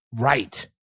right